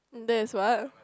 that is what